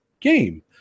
game